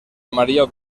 amarillo